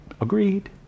Agreed